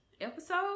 episode